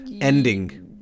ending